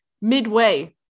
midway